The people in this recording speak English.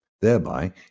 thereby